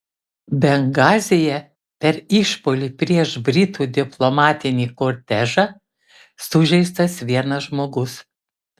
bengazyje per išpuolį prieš britų diplomatinį kortežą sužeistas vienas žmogus